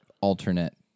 alternate